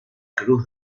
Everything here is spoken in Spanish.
cruz